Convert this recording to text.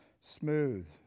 smooth